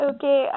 Okay